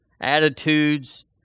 attitudes